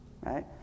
right